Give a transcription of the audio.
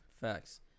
Facts